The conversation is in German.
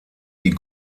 die